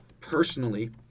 Personally